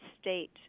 state